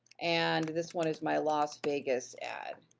and this one is my las vegas ad.